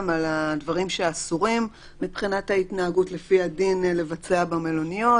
על הדברים שאסורים מבחינת ההתנהגות לפי הדין לבצע במלוניות,